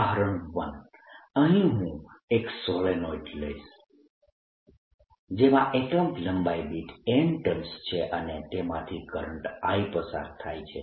ઉદાહરણ 1 અહીં હું એક સોલેનોઇડ લઈશ જેમાં એકમ લંબાઈ દીઠ n ટર્ન્સ છે અને તેમાંથી કરંટ I પસાર થાય છે